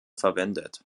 verwendet